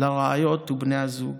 לרעיות ובני הזוג,